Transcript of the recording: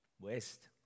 west